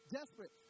Desperate